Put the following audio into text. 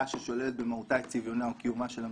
ששוללת במהותה את צביונה או קיומה של המדינה,